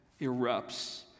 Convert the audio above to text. erupts